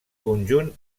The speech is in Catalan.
conjunt